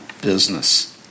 business